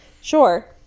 Sure